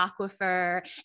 aquifer